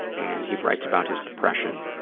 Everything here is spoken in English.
and he writes about his depression.